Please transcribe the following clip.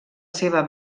seva